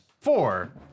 Four